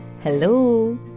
Hello